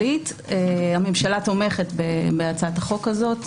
הממשלה תומכת בהצעת החוק הזו,